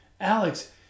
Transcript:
Alex